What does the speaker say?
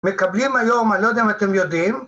מקבלים היום, אני לא יודע אם אתם יודעים,